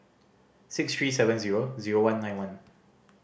six three seven zero zero one nine one